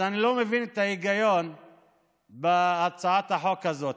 אז אני לא מבין את ההיגיון בהצעת החוק הזאת.